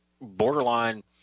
borderline